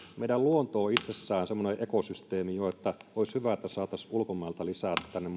meidän luonto on itsessään semmoinen ekosysteemi jo että olisi hyvä että saataisiin ulkomailta lisää tänne